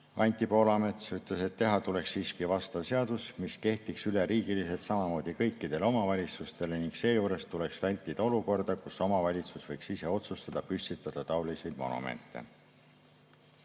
Anti Poolamets ütles, et teha tuleks siiski vastav seadus, mis kehtiks üle riigi, samamoodi kõikidele omavalitsustele, ning seejuures tuleks vältida olukorda, kus omavalitsus võiks ise otsustada, et hakkab taolisi monumente